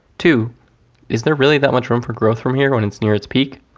two is there really that much room for growth from here when it's near its peak?